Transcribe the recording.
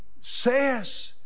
says